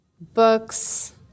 books